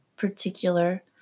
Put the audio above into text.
particular